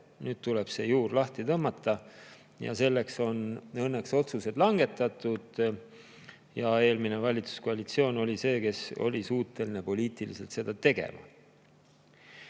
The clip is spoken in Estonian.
Nüüd tuleb see juur lahti tõmmata. Ja selleks on õnneks otsused langetatud. Eelmine valitsuskoalitsioon oli suuteline seda poliitiliselt tegema.